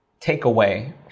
takeaway